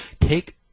take